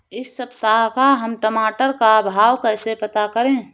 इस सप्ताह का हम टमाटर का भाव कैसे पता करें?